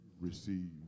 receive